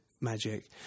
magic